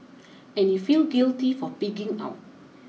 and you feel guilty for pigging out